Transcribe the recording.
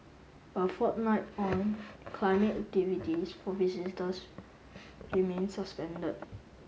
a fortnight on climbing activities for visitors remain suspended